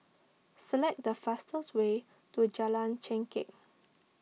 select the fastest way to Jalan Chengkek